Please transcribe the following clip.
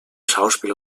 schauspiel